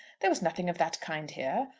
there was nothing of that kind here.